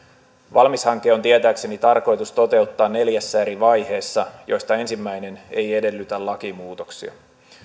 valmis hanke on tietääkseni tarkoitus toteuttaa neljässä eri vaiheessa joista ensimmäinen ei edellytä lakimuutoksia